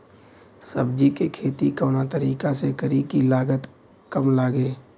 सब्जी के खेती कवना तरीका से करी की लागत काम लगे?